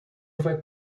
vai